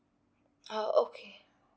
oh okay